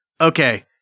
okay